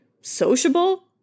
sociable